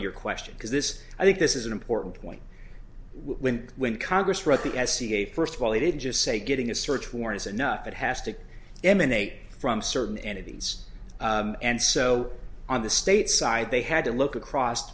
to your question because this i think this is an important point when when congress wrote the s c a first of all they didn't just say getting a search warrants enough it has to emanate from certain entities and so on the state side they had to look across